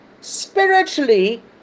spiritually